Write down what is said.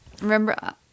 Remember